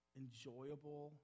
enjoyable